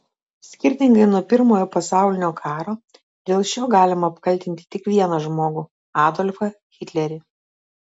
skirtingai nuo pirmojo pasaulinio karo dėl šio galima apkaltinti tik vieną žmogų adolfą hitlerį